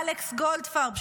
אלכס גולדפרב,